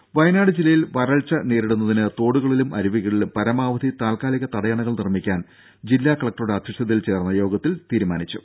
ദേദ വയനാട് ജില്ലയിൽ വരൾച്ച നേരിടുന്നതിന് തോടുകളിലും അരുവികളിലും പരമാവധി താൽക്കാലിക തടയണകൾ നിർമ്മിക്കാൻ ജില്ലാ കലക്ടറുടെ അധ്യക്ഷതയിൽ ചേർന്ന യോഗത്തിൽ തീരുമാനിച്ചു